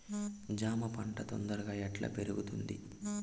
జామ పంట తొందరగా ఎట్లా ఎదుగుతుంది?